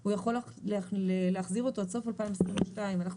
הוא יכול להחזיר אותו עד סוף 2022. אנחנו